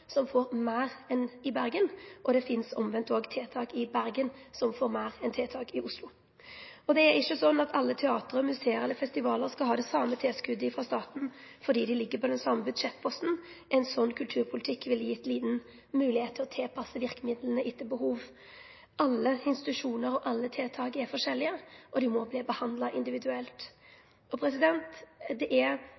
som får meir enn institusjonar i Bergen. Omvendt finst det også tiltak i Bergen som får meir enn tiltak i Oslo. Det er ikkje slik at alle teater, museum eller festivalar skal ha det same tilskotet frå staten fordi dei ligg på den same budsjettposten. Ein slik kulturpolitikk ville gitt lita moglegheit til å tilpasse virkemidlane etter behov. Alle institusjonar og alle tiltak er forskjellige, og dei må verte behandla individuelt.